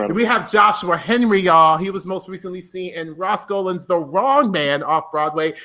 and we have joshua henry y'all, he was most recently seen in ross golan's the wrong man off-broadway,